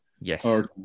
Yes